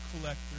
collector